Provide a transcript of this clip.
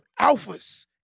alphas